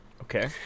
Okay